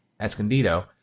Escondido